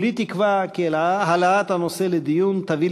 כולי תקווה שהעלאת הנושא לדיון תביא